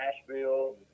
Asheville